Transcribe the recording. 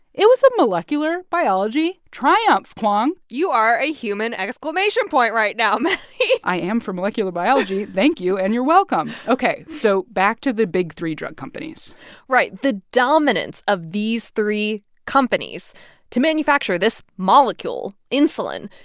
it was a molecular biology triumph, kwong you are a human exclamation point right now, maddie i am for molecular biology. thank you, and you're welcome. ok, so back to the big three drug companies right. the dominance of these three companies to manufacture this molecule, insulin,